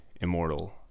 immortal